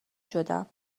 شدم